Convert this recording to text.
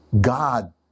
God